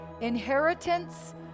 inheritance